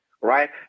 Right